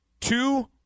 two